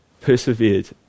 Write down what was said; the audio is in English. persevered